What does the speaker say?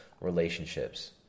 relationships